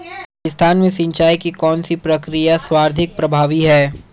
राजस्थान में सिंचाई की कौनसी प्रक्रिया सर्वाधिक प्रभावी है?